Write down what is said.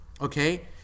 okay